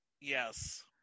yes